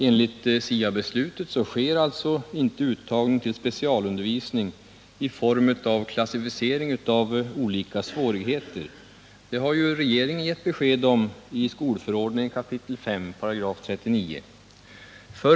Enligt SIA-beslutet sker inte uttagning till specialundervisning på grundval av klassificering av olika svårigheter — det har regeringen gett besked om i 5 kap. 39 § skolförordningen.